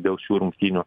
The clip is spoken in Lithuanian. dėl šių rungtynių